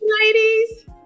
Ladies